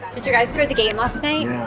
did you guys go to the game last night?